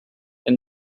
and